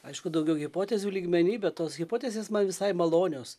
aišku daugiau hipotezių lygmeny bet tos hipotezės man visai malonios